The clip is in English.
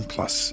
Plus